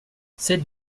sept